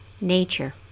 nature